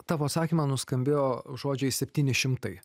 tavo atsakyme nuskambėjo žodžiai septyni šimtai